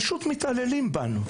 פשוט מתעללים בנו,